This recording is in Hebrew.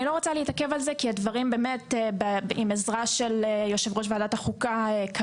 אני לא רוצה להתעכב על זה כי עם עזרת יושב ראש ועדת החוקה גלעד